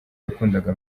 yakundaga